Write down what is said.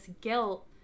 guilt